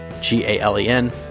g-a-l-e-n